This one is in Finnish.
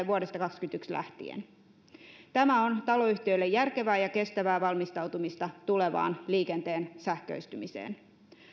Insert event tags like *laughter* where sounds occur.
*unintelligible* vuodesta kaksikymmentäyksi lähtien tämä on taloyhtiöille järkevää ja kestävää valmistautumista tulevaan liikenteen sähköistymiseen